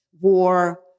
war